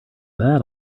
that